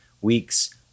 weeks